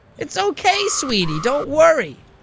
it's ok, sweetie. don't worry.